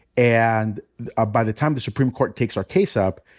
and ah by the time the supreme court takes our case up,